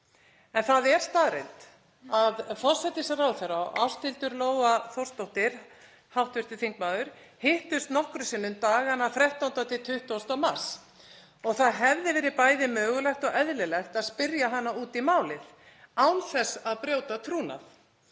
En það er staðreynd að forsætisráðherra og Ásthildur Lóa Þórsdóttir, hv. þingmaður, hittust nokkrum sinnum dagana 13.–20. mars og það hefði verið bæði mögulegt og eðlilegt að spyrja hana út í málið án þess að brjóta trúnað.